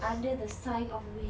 under the sign of winx